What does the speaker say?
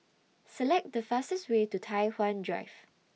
Select The fastest Way to Tai Hwan Drive